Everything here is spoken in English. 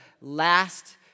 last